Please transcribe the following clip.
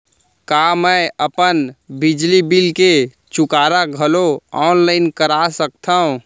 का मैं अपन बिजली बिल के चुकारा घलो ऑनलाइन करा सकथव?